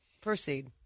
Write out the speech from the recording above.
Proceed